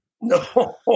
No